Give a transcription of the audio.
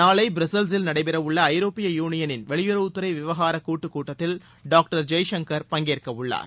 நாளை பிரஸ்ஸல்சில் நடைபெறவுள்ள ஐரோப்பிய யூனியனில் வெளியுறவுத்துறை விவகார கூட்டுக் கூட்டத்தில் டாக்டர் ஜெய்சங்கர் பங்கேற்கவுள்ளார்